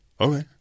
Okay